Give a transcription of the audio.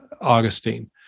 Augustine